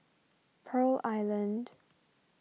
Pearl Island